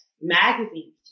magazines